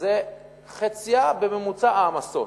זה חציה בממוצע העמסות.